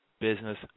business